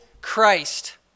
Christ